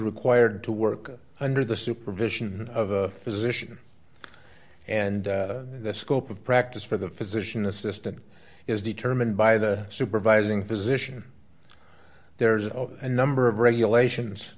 required to work under the supervision of a physician and the scope of practice for the physician assistant is determined by the supervising physician there's a number of regulations